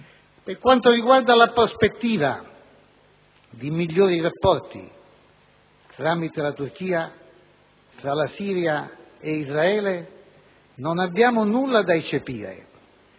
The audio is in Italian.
Per quanto riguarda la prospettiva di migliori rapporti, tramite la Turchia, tra la Siria ed Israele non abbiamo alcunché da eccepire: